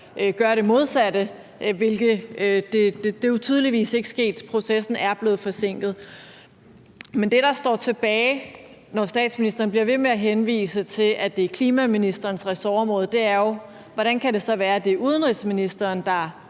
gøre det modsatte, hvilket jo tydeligvis ikke er sket; processen er blevet forsinket. Men det, der står tilbage, når statsministeren bliver ved med at henvise til, at det er klimaministerens ressortområde, er jo spørgsmålene: Hvordan kan det så være, at det er udenrigsministeren, der